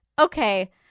Okay